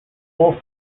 all